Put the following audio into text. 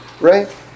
right